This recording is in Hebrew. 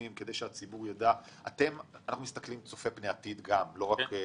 אנחנו מסתכלים צופה פני עתיד, לא רק עבר.